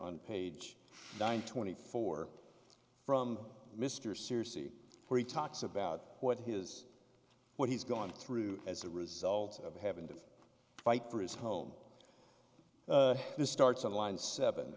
on page nine twenty four from mr sears see where he talks about what his what he's gone through as a result of having to fight for his home this starts on line seven